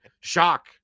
shock